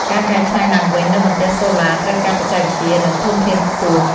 ការកែច្នៃឡើងវិញនូវបន្ទះសូឡាត្រូវការបច្ចេកវិទ្យា និងធនធានខ្ពស់។